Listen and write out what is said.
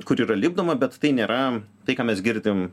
kur yra lipdoma bet tai nėra tai ką mes girdim